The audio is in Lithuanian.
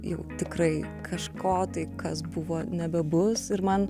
jau tikrai kažko tai kas buvo nebebus ir man